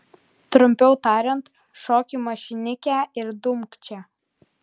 trumpiau tariant šok į mašinikę ir dumk čia